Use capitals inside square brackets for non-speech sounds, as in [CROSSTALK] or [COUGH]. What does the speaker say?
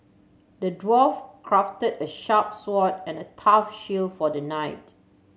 the dwarf crafted a sharp sword and a tough [UNINTELLIGIBLE] for the knight